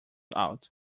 out